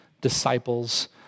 disciples